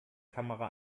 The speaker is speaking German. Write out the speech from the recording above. kamera